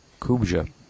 Kubja